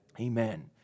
Amen